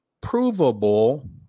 provable